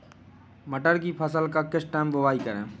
मटर की फसल का किस टाइम बुवाई करें?